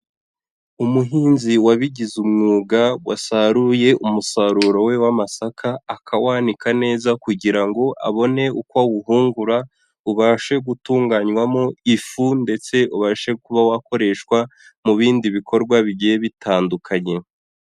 Umuhinzi wabigize umwuga wasaruye umusaruro we w'amasaka akawanika neza kugira ngo abone uko awuhungura, ubashe gutunganywamo ifu ndetse ubashe kuba wakoreshwa mu bindi bikorwa bigiye bitandukanye.